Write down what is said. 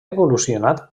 evolucionat